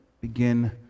begin